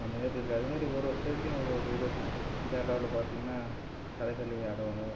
அந்த மாரி இருக்குது அதை மாரி ஒரு ஒரு ஸ்டேட்லையும் ஒரு ஒரு இது இருக்கும் கேரளாவில் பார்த்திங்கனா கதகளி ஆடுவாங்க